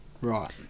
Right